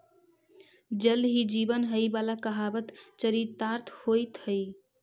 जल ही जीवन हई वाला कहावत चरितार्थ होइत हई